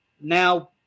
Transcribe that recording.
now